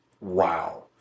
wow